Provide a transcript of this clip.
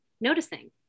noticing